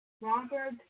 Robert